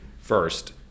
First